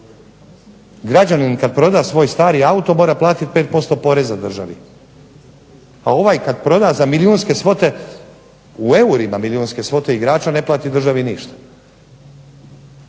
Građanin kad proda svoj stari auto mora platiti 5% poreza državi, a ovaj kad proda za milijunske svote, u eurima milijunske svote igrača ne plati državi ništa.